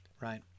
right